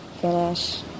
finish